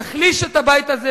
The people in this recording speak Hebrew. תחליש את הבית הזה,